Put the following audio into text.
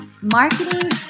marketing